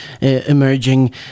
emerging